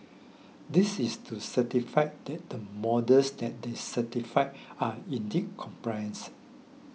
this is to certify that the models that they certified are indeed compliance